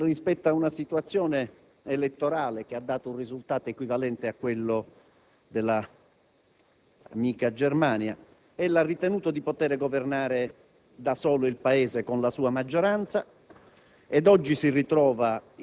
Paese. Signor Presidente, rispetto ad una situazione elettorale che ha dato un risultato equivalente a quello dell'amica Germania, ella ha ritenuto di potere governare da solo il Paese con la sua maggioranza.